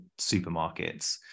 supermarkets